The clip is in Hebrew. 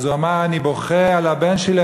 הוא אמר אז: אני בוכה על הבן שלי,